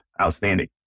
outstanding